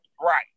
Right